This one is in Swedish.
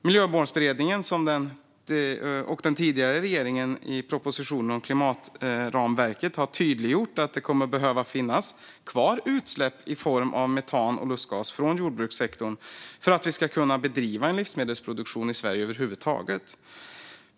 Miljömålsberedningen och den tidigare regeringen har i propositionen om klimatramverket tydliggjort att det kommer att behöva finnas kvar utsläpp i form av metan och lustgas från jordbrukssektorn för att vi ska kunna bedriva en livsmedelsproduktion i Sverige över huvud taget.